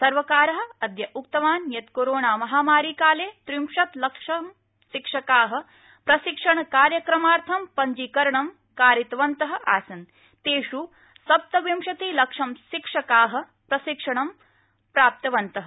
सर्वकारः अद्य उक्तवान् यत् कोरोणामहामारीकाले त्रिंशत् लक्षं शिक्षकाः प्रशिक्षणकार्यक्रमार्थं पञ्जीकरणं कारितवन्तः आसन् तेष् सप्नविंशतिः लक्षं शिक्षकाः प्रशिक्षणं प्राप्तवन्तः